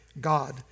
God